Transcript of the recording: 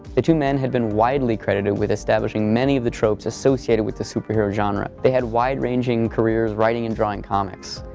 the two men had been widely credited with establishing many of the tropes associated with the superhero genre. they had wide ranging careers writing and drawing comics.